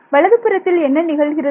வலது புறத்தில் என்ன நிகழ்கிறது